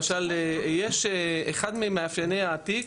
יש למשל, אחד ממאפייני התיק,